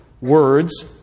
words